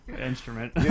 instrument